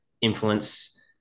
influence